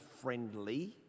friendly